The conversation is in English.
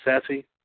Sassy